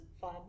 fun